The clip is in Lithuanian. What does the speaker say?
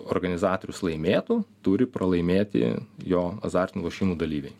organizatorius laimėtų turi pralaimėti jo azartinių lošimų dalyviai